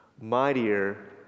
mightier